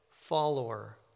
follower